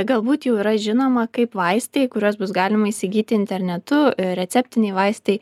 galbūt jau yra žinoma kaip vaistai kuriuos bus galima įsigyti internetu receptiniai vaistai